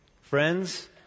Friends